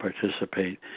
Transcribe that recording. participate